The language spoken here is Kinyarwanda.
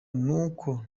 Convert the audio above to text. nuko